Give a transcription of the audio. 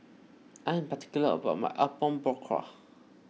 I am particular about my Apom Berkuah